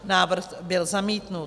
Návrh byl zamítnut.